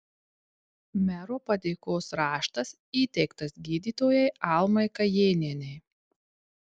mero padėkos raštas įteiktas gydytojai almai kajėnienei